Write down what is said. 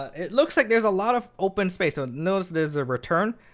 it looks like there's a lot of open space. and notice there's a return,